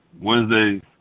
Wednesday